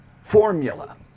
formula